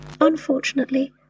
Unfortunately